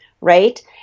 Right